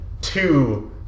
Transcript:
two